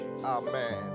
Amen